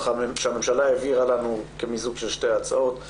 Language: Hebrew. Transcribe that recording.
שהממשלה העבירה לנו כמיזוג של שתי ההצעות,